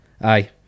aye